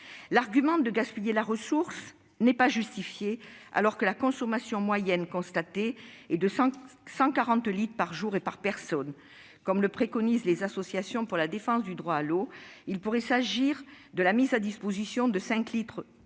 risque de gaspillage de la ressource n'est pas justifié, alors que la consommation moyenne constatée est de cent quarante litres par jour et par personne. Comme le préconisent les associations pour la défense du droit à l'eau, il pourrait s'agir de la mise à disposition de cinq litres gratuits